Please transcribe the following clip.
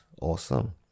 awesome